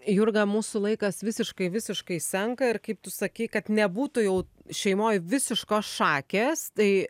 jurga mūsų laikas visiškai visiškai senka ir kaip tu sakei kad nebūtų jau šeimoj visiškos šakės tai